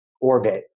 orbit